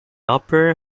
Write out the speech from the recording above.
upper